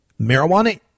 marijuana